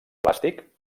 plàstic